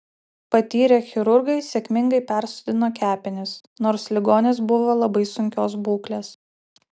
patyrę chirurgai sėkmingai persodino kepenis nors ligonis buvo labai sunkios būklės